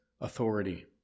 authority